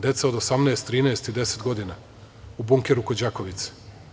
Deca od 18, 13 i 10 godina u bunkeru kod Đakovice.